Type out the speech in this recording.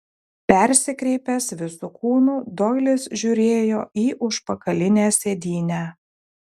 persikreipęs visu kūnu doilis žiūrėjo į užpakalinę sėdynę